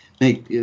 make